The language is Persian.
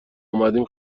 اومدیم